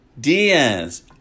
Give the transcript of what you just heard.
Diaz